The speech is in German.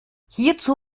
hierzu